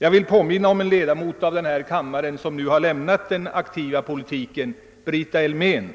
Jag vill påminna om en ledamot av denna kammare, som nu har lämnat den aktiva politiken, Brita Elmén,